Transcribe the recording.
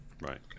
Right